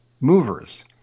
movers